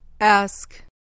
Ask